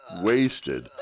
wasted